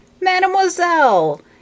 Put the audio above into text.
Mademoiselle